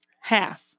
Half